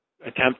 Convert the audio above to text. attempt